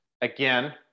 again